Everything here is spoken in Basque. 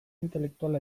intelektuala